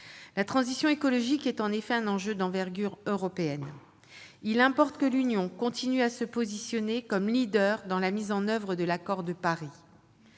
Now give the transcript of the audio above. La transition écologique est en effet un enjeu d'envergure européenne. Il importe que l'Union continue à se positionner comme leader dans la mise en oeuvre de l'accord de Paris.